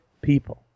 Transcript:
people